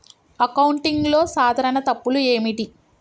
అకౌంటింగ్లో సాధారణ తప్పులు ఏమిటి?